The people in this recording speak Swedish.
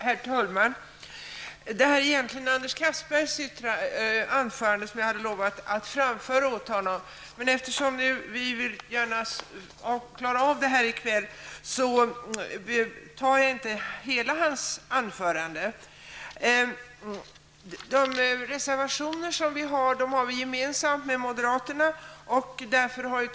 Herr talman! Jag skulle egentligen ha framfört Anders Castbergers anförande, men eftersom vi gärna vill hinna med detta ärende i kväll, skall jag inte hålla hela hans anförande. De reservationer som vi i folkpartiet liberalerna har fogat till betänkandet är gemensamma med moderaterna.